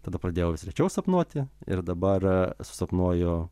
tada pradėjau vis rečiau sapnuoti ir dabar susapnuoju